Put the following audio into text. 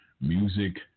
Music